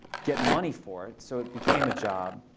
get money for it. so it became a job.